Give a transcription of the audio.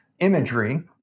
imagery